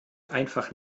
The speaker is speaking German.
einfach